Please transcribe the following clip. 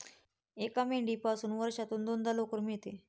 एका मेंढीपासून वर्षातून दोनदा लोकर मिळते